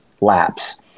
laps